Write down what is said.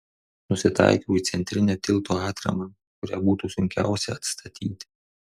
nusitaikiau į centrinę tilto atramą kurią būtų sunkiausia atstatyti